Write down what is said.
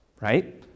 right